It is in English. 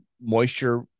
moisture